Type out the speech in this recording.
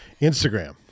Instagram